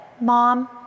Mom—